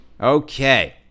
okay